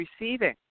receiving